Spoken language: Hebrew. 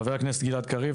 חבר הכנסת גלעד קריב.